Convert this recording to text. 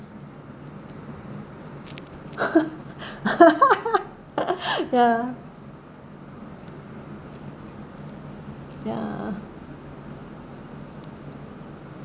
ya ya